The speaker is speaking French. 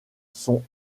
sont